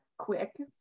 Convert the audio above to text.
quick